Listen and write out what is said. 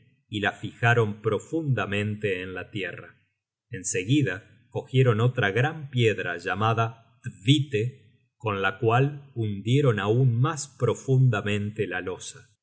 y la fijaron profundamente en la tierra en seguida cogieron otra gran piedra llamada thvite con la cual hundieron aun mas profundamente la losa